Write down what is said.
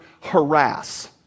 harass